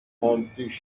rompus